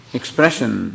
expression